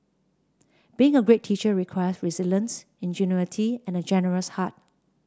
being a great teacher requires resilience ingenuity and a generous heart